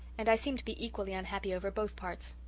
and i seem to be equally unhappy over both parts.